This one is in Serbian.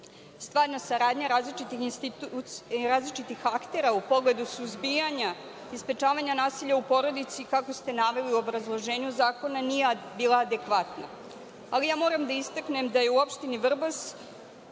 Stvarna saradnja različitih aktera u pogledu suzbijanja i sprečavanja nasilja u porodici kako ste naveli u obrazloženju zakona nije bilo adekvatno. Moram da istaknem da je u opštini Vrbas